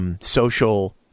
Social